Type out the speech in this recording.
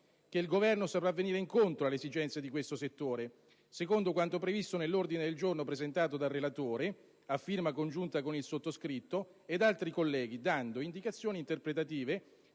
che il Governo saprà venire incontro alle esigenze di questo settore, secondo quanto previsto nell'ordine del giorno presentato dal relatore insieme al sottoscritto e ad altri colleghi, dando indicazioni interpretative